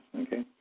okay